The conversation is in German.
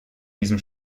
diesem